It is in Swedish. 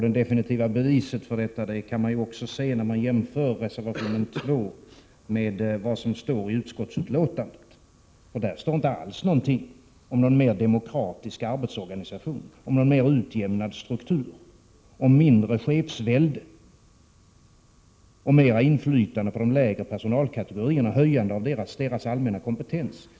Det definitiva beviset för detta får man också när man jämför reservation 2 med vad som står i utskottsutlåtandet. Där skrivs inte alls något om någon mera demokratisk arbetsorganisation, om någon mer utjämnad struktur, om mindre chefsvälde och mera inflytande för de lägre personalkategorierna eller om ett höjande av deras allmänna kompetens.